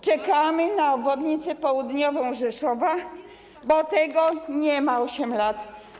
Czekamy na obwodnicę południową Rzeszowa, bo tego nie ma 8 lat.